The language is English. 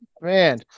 Man